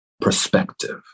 perspective